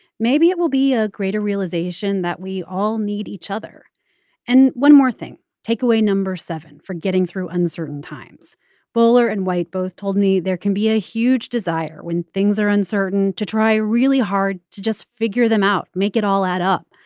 maybe it will be a greater realization that we all need each other and one more thing, takeaway no. seven for getting through uncertain times bowler and white both told me there can be a huge desire when things are uncertain to try really hard to just figure them out, make it all add up.